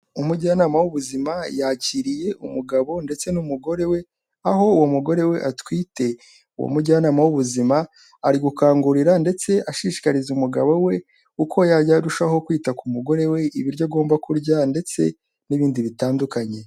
Umujyanama w'ubuzima yakiriye umugabo ndetse n'umugore we, aho uwo mugore we atwite uwo mujyanama w'ubuzima ari gukangurira ndetse ashishikariza umugabo we uko yajya arushaho kwita ku mugore we, ibiryo agomba kurya ndetse n'ibindi bitandukanye.